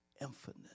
infinite